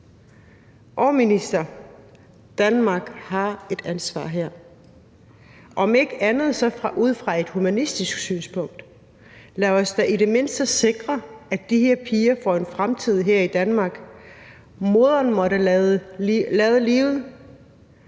Minister, Danmark har et ansvar her – om ikke andet så ud fra et humanistisk synspunkt. Lad os da i det mindste sikre, at de her piger får en fremtid her i Danmark. Moderen måtte lade livet,